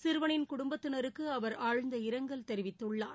சிறுவனின் குடும்பத்தினருக்கு அவர் ஆழ்ந்த இரங்கல் தெரிவித்துள்ளார்